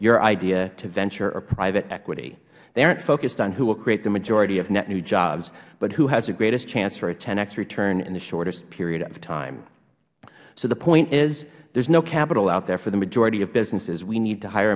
your idea to venture or private equity they aren't focused on who will create the majority of net new jobs but who has the greatest chance for a x return in the shortest period of time so the point is there is no capital out there for the majority of businesses we need to hire